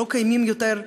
הם לא קיימים יותר.